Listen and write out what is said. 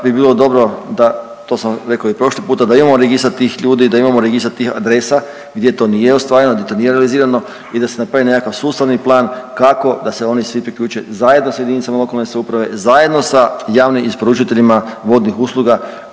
bi bilo dobro da, to sam rekao i prošli puta da imamo registar tih ljudi, da imamo registar tih adresa gdje to nije ostvareno, gdje to nije realizirano i da se napravi nekakav sustavni plan kako da se oni svi priključe zajedno sa jedinicama lokalne samouprave, zajedno sa javnim isporučiteljima vodnih usluga